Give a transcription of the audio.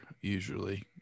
usually